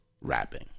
rapping